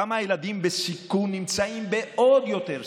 כמה ילדים בסיכון נמצאים בעוד יותר סיכון,